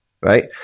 right